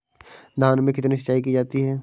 धान में कितनी सिंचाई की जाती है?